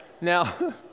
Now